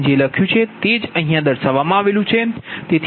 અહીં જે લખ્યું છે તે જ અહીં લખ્યું છે